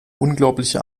unglaubliche